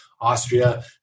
Austria